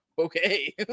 okay